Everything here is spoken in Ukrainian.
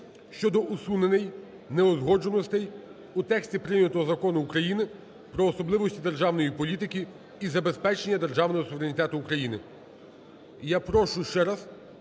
щодо усунення неузгодженостей у тексті прийнятого Закону України "Про особливості державної політики із забезпечення державного суверенітету України...". Я прошу ще раз,